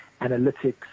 analytics